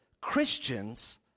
Christians